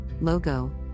logo